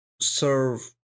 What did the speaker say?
serve